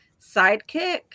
sidekick